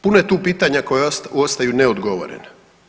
Puno je tu pitanja koja ostaju neodgovorena.